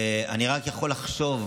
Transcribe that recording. ואני רק יכול לחשוב,